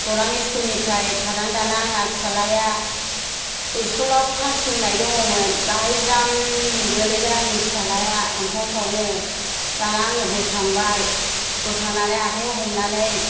गौरां इस्कुलनिफ्राय खारनानै दाना आंना फिसालाया दाना इस्कुलाव थार सोंनाय दंमोन बेहाय ज्राम गोलैबाय आंनि फिसालाया अन्थावथावनो दाना आं बोखांबाय बोखांनानै आखायाव हमनानै